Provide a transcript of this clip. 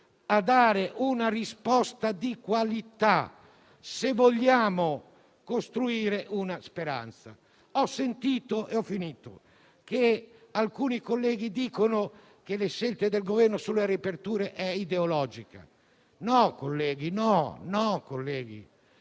a dare una risposta di qualità, se vogliamo costruire una speranza. Ho sentito - e concludo - che alcuni colleghi dicono che la scelta del Governo sulle riaperture è ideologica. No, colleghi: per governare